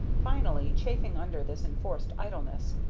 finally, chafing under this enforced idleness,